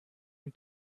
ihm